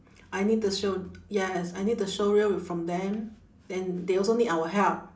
I need the show yes I need the showreel from them then they also need our help